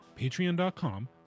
patreon.com